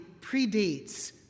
predates